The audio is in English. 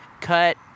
cut